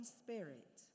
spirit